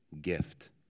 gift